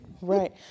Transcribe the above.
right